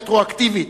רטרואקטיבית,